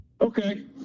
Okay